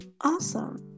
awesome